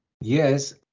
Yes